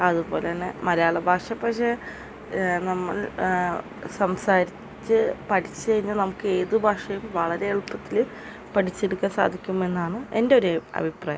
അതുപോലെ തന്നെ മലയാള ഭാഷ പക്ഷേ നമ്മൾ സംസാരിച്ച് പഠിച്ച് കഴിഞ്ഞാൽ നമ്മൾക്ക് ഏത് ഭാഷയും വളരെ എളുപ്പത്തിൽ പഠിച്ചെടുക്കാൻ സാധിക്കുമെന്നാണ് എൻ്റെ ഒരു അഭിപ്രായം